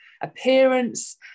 appearance